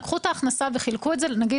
לקחו את ההכנסה וחילקו --- אנחנו, למשל,